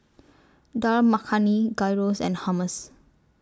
Dal Makhani Gyros and Hummus